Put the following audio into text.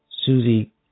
Susie